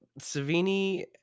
savini